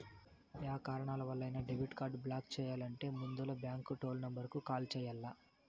yeah కారణాలవల్లైనా debit card block చెయ్యాలంటే ముందల బాంకు టోల్ నెంబరుకు కాల్ చెయ్యాల్ల